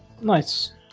Nice